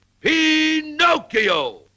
Pinocchio